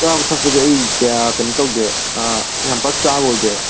ꯆꯥꯕ ꯊꯛꯄꯁꯦ ꯑꯩ ꯀꯌꯥ ꯀꯩꯅꯣ ꯇꯧꯗꯦ ꯌꯥꯝꯄꯥꯛ ꯆꯥꯕ ꯑꯣꯏꯗꯦꯕ